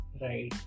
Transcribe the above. Right